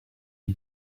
aux